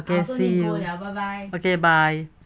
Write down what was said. see you okay bye